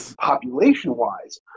population-wise